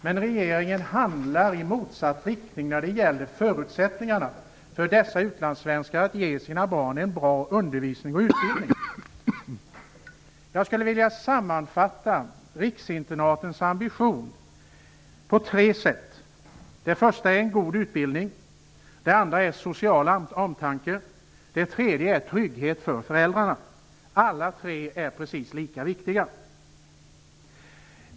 Men regeringens handlande ger inte utlandssvenskarna förutsättningar att ge sina barn en god undervisning och en god utbildning. Jag skulle vilja sammanfatta riksinternatens ambition på tre sätt: För det första gäller det en god utbildning. För det andra gäller det social omtanke. För det tredje gäller det trygghet för föräldrarna. Alla tre punkter är precis lika viktiga.